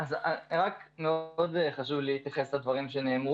תורה, אפשר לקחת אותה ולבנות לפיה את מה שצריך.